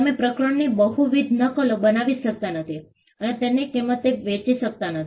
તમે પ્રકરણની બહુવિધ નકલો બનાવી શકતા નથી અને તેને કિંમતે વેચી શકતા નથી